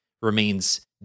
remains